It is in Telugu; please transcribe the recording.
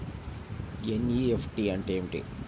ఎన్.ఈ.ఎఫ్.టీ అంటే ఏమిటి?